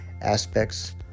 aspects